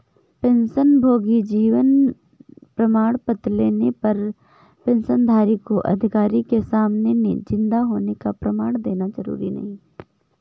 पेंशनभोगी जीवन प्रमाण पत्र लेने पर पेंशनधारी को अधिकारी के सामने जिन्दा होने का प्रमाण देना जरुरी नहीं